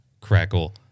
Crackle